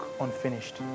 unfinished